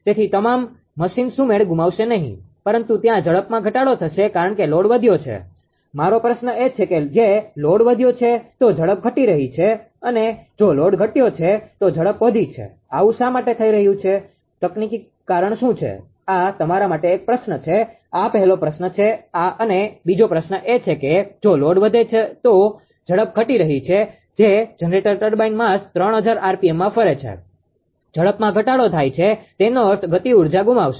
તેથી તમામ મશીન સુમેળ ગુમાવશે નહીં પરંતુ ત્યાં ઝડપમાં ઘટાડો થશે કારણ કે લોડ વધ્યો છે મારો પ્રશ્ન એ છે કે જો લોડ વધ્યો છે તો ઝડપ ઘટી છે અને જો લોડ ઘટ્યો છે તો ઝડપ વધી છે આવું શા માટે થઇ રહ્યું છે તકનીકી કારણ શું છે આ તમારા માટે એક પ્રશ્ન છે આ પહેલો પ્રશ્ન છે અને બીજો પ્રશ્ન એ છે કે જો લોડ વધે તો ઝડપ ઘટી રહી છે જે જનરેટર ટર્બાઇન માસ 3000 rpmમાં ફરે છે ઝડપમાં ઘટાડો થાય છે તેનો અર્થ ગતિઉર્જા ગુમાવશે